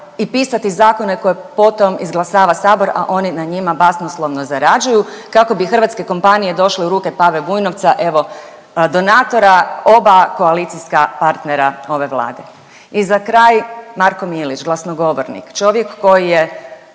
i pisati zakone koje potom izglasava Sabor, a oni na njima basnoslovno zarađuju kako bi hrvatske kompanije došle u ruke Pave Vujnovca, evo donatora oba koalicijska partnera ove Vlade. I za kraj Marko Milić, glasnogovornik, čovjek koji je